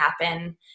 happen